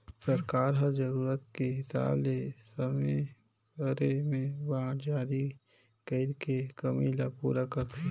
सरकार ह जरूरत के हिसाब ले समे परे में बांड जारी कइर के कमी ल पूरा करथे